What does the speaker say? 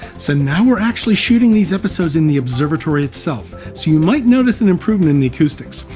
so now we're actually shooting these episodes in the observatory itself, so you might notice an improvement in the acoustics.